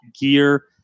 gear